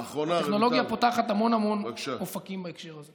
הטכנולוגיה פותחת המון המון אפיקים בהקשר הזה.